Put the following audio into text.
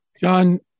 John